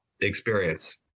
experience